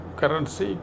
currency